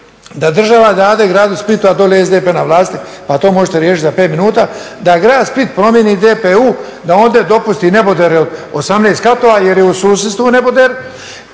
da država dade gradu Splitu, a dolje je SDP na vlasti pa to možete riješiti za pet minut, da grad Split promijeni DPU da onde dopusti nebodere od 18 katova jer je u susjedstvu neboder